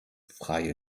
frei